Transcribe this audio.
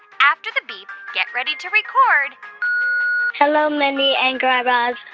after the beep, get ready to record hello, mindy and guy raz.